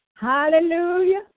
Hallelujah